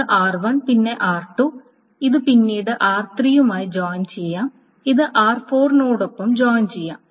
ഇത് r1 പിന്നെ r2 ഇത് പിന്നീട് r3 മായി ജോയിൻ ചെയ്യാം ഇത് r4 നോടൊപ്പം ജോയിൻ ചെയ്യാം